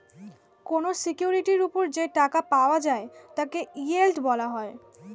কোন সিকিউরিটির উপর যে টাকা পাওয়া যায় তাকে ইয়েল্ড বলা হয়